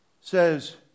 says